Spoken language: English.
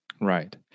Right